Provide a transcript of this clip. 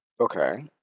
okay